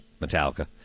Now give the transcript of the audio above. metallica